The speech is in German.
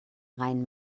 rhein